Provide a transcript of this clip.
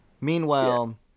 Meanwhile